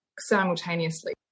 simultaneously